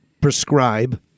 prescribe